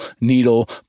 needle